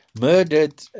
murdered